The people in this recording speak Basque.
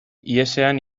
ihesean